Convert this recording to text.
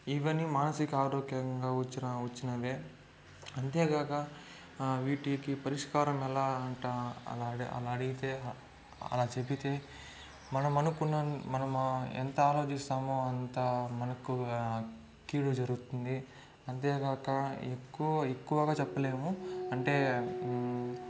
ఇవన్నీ మానసిక ఆరోగ్యంగా వచ్చిన వచ్చినవే అంతేగాక వీటికి పరిష్కారం ఎలా అంట అలా అడిగితే అలా చెబితే మనం అనుకున్న మనం ఎంత ఆలోచిస్తామో అంత మనకు కీడు జరుగుతుంది అంతేగాక ఎక్కువ ఎక్కువగా చెప్పలేము అంటే